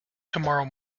tomorrow